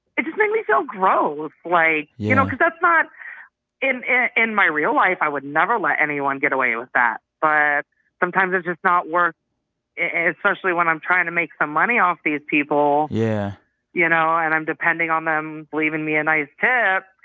it just made me feel gross. like you know, because that's not in in my real life, i would never let anyone get away with that. but sometimes it's just not worth especially when i'm trying to make some money off these people yeah you know, and i'm depending on them leaving me a nice tip.